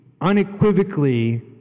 unequivocally